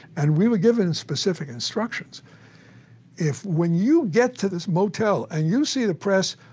and we were given specific instructions if when you get to this motel and you see the press,